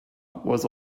was